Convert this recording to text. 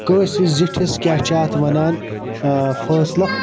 کٲنٛسہِ زِٹھِس کیاہ چھِ اَتھ وَنان فٲصلہٕ